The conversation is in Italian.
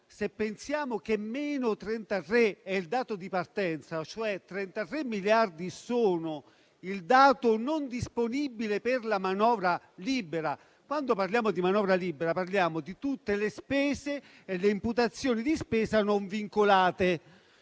Si consideri che meno 33 è il dato di partenza, cioè 33 miliardi sono il dato non disponibile per la manovra libera. Quando parliamo di manovra libera, parliamo di tutte le spese e le imputazioni di spesa non vincolate,